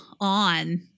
on